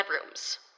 bedrooms